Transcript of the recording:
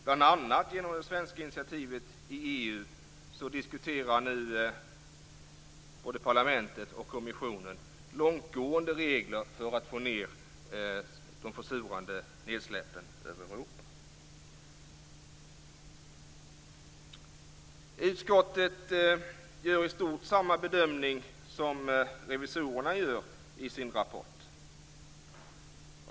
Bl.a. på svenskt initiativ i EU diskuterar både parlamentet och kommissionen långtgående regler för att minska de försurande nedsläppen över Europa. I stort gör utskottet samma bedömning som den som revisorerna gör i sin rapport.